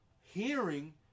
hearing